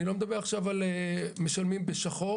אני לא מדבר על כך שאולי משלמים בשחור,